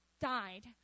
died